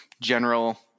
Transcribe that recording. general